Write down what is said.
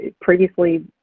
previously